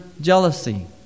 jealousy